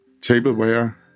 tableware